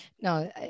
No